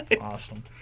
Awesome